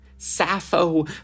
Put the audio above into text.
Sappho